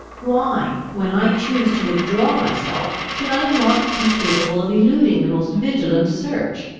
why, when i choose to withdraw myself, should i not be capable of eluding the most vigilant search?